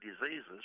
diseases